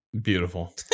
Beautiful